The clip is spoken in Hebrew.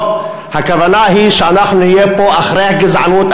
הכוונה היא שאנחנו נהיה פה אחרי הגזענות,